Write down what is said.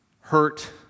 hurt